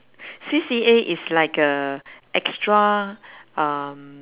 C_C_A is like a extra um